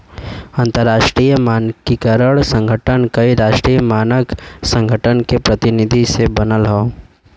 अंतरराष्ट्रीय मानकीकरण संगठन कई राष्ट्रीय मानक संगठन के प्रतिनिधि से बनल हौ